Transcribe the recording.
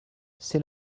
c’est